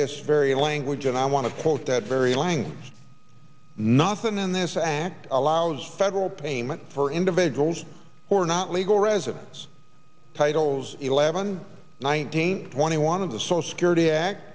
this very language and i want to quote that very language nothing in this act allows federal payment for individuals who are not legal residents titles eleven nineteen twenty one of the social security act